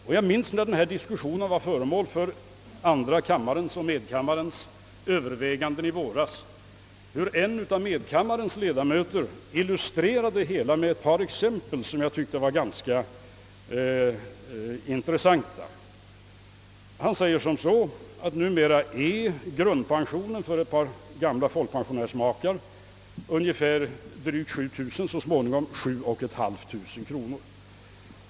När denna fråga diskuterades i andra kammaren och i medkammaren i våras illustrerade en av medkammarens ledamöter den med ett par exempel som jag tyckte var ganska intressanta, Han sade att grundpensionen för ett par folkpensionsmakar numera är drygt 7 000 kronor och så småningom blir 7500 kronor.